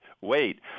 wait